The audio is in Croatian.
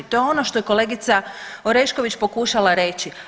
To je ono što je kolegica Orešković pokušala reći.